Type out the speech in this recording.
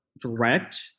direct